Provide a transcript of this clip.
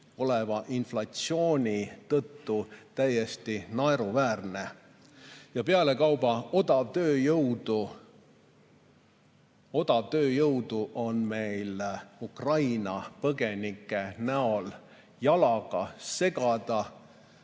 oleva inflatsiooni tõttu täiesti naeruväärne. Pealekauba odavtööjõudu on meil Ukraina põgenike näol jalaga segada,